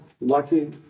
lucky